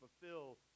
fulfill